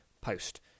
post